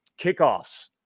kickoffs